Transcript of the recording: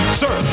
sir